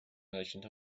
merchant